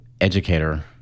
educator